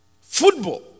football